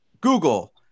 Google